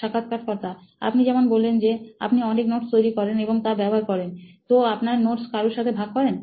সাক্ষাৎকারকর্তাআপনি যেমন বললেন যে আপনি অনেক নোটস তৈরি করেন এবং তা ব্যবহার করেন তো আপনার নোটস কারুর সাথে ভাগ করেন